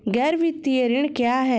गैर वित्तीय ऋण क्या है?